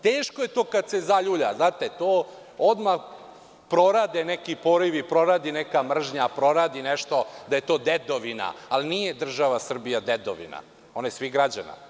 Teško je to kad se zaljulja, znate, odmah prorade neki porivi, proradi neka mržnja, proradi nešto da je to dedovina, ali nije država Srbija dedovina, ona je svih građana.